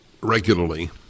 regularly